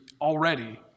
already